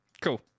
Cool